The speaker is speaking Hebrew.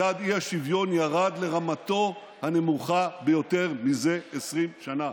מדד האי-שוויון ירד לרמתו הנמוכה ביותר זה 20 שנה,